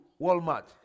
Walmart